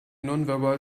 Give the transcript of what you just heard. nonverbal